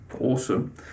Awesome